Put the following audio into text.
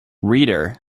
reader